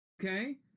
Okay